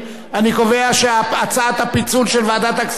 אני קובע שהצעת הפיצול של ועדת הכספים,